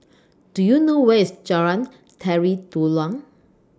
Do YOU know Where IS Jalan Tari Dulang